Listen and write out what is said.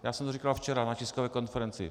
Já jsem to říkal včera na tiskové konferenci.